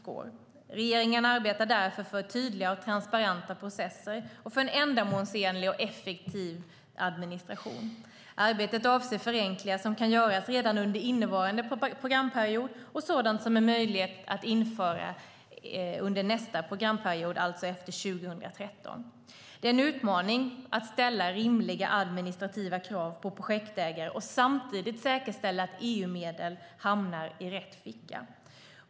Regeringen arbetar därför för tydliga och transparenta processer och för en ändamålsenlig och effektiv administration. Arbetet avser förenklingar som kan göras redan under innevarande programperiod och sådant som är möjligt att införa under nästa programperiod, alltså efter 2013. Det är en utmaning att ställa rimliga administrativa krav på projektägare och samtidigt säkerställa att EU-medlen hamnar i rätt ficka.